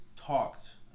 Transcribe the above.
talked